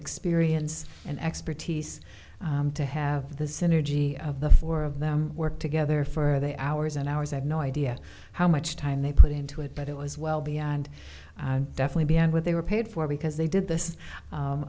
experience and expertise to have the synergy of the four of them work together for they hours and hours i have no idea how much time they put into it but it was well beyond definitely beyond what they were paid for because they did this